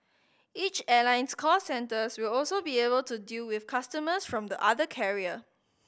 each airline's call centre will also be able to deal with customers from the other carrier